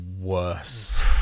worst